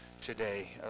today